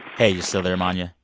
hey, you still there, monya?